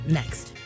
next